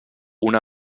una